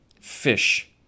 fish